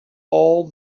all